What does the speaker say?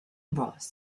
bros